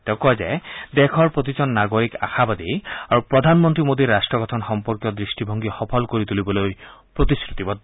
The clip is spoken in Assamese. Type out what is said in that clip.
তেওঁ কয় যে দেশৰ প্ৰতিজন নাগৰিক আশাবাদী আৰু প্ৰধানমন্ত্ৰী মোদীৰ ৰাট্ট গঠন সম্পৰ্কীয় দৃষ্টিভংগী সফল কৰি তুলিবলৈ প্ৰতিশ্ৰুতিবদ্ধ